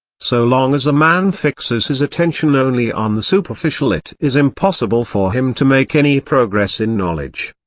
so long as a man fixes his attention only on the superficial it is impossible for him to make any progress in knowledge.